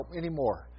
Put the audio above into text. anymore